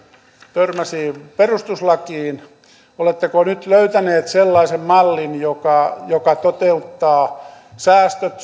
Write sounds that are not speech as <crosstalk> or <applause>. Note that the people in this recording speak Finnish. törmäsi perustuslakiin oletteko nyt löytäneet sellaisen mallin joka joka toteuttaa säästöt <unintelligible>